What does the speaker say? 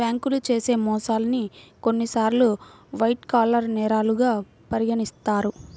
బ్యేంకులు చేసే మోసాల్ని కొన్నిసార్లు వైట్ కాలర్ నేరాలుగా పరిగణిత్తారు